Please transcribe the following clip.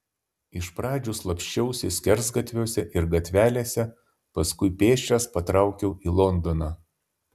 iš pradžių slapsčiausi skersgatviuose ir gatvelėse paskui pėsčias patraukiau į londoną